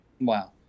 wow